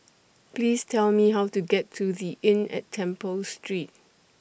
Please Tell Me How to get to The Inn At Temple Street